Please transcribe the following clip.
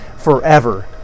forever